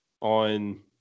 on